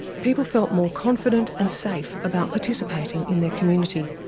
people felt more confident and safe about participating in their community.